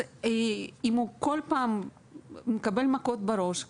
אם הוא כל פעם מקבל מכות בראש,